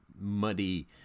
muddy